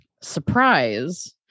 Surprise